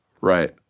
right